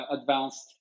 advanced